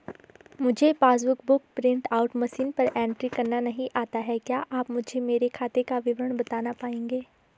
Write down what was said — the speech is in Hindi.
मुझे passbook book print out machine पर एंट्री करना नहीं आता है क्या आप मुझे मेरे खाते का विवरण बताना पाएंगे?